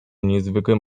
niezwykłym